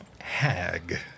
hag